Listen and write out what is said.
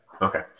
Okay